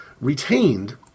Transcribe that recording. retained